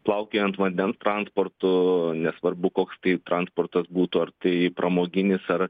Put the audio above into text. plaukiojant vandens transportu nesvarbu koks tai transportas būtų ar tai pramoginis ar